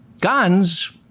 Guns